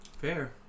Fair